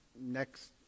next